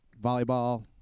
volleyball